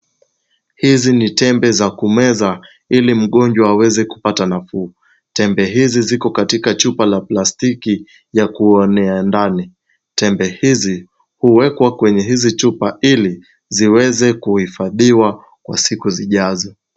Hizi ni tembe za kumeza ili mgonjwa aweze kupata nafuu. Chupa hizi ziko katika chupa ya plastiki ya kuonea ndani. Tembe hizi huwekwa kwenye hizi chupa ili ziweze kuhifadhiwa kwa siku zijazo.